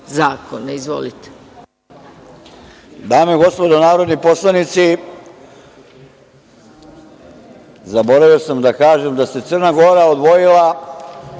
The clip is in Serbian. Rističević** Dame i gospodo narodni poslanici, zaboravio sam da kažem da se Crna Gora odvojila,